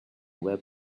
web